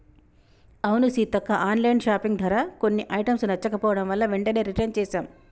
అవును Seethakka online shopping ధర కొన్ని ఐటమ్స్ నచ్చకపోవడం వలన వెంటనే రిటన్ చేసాం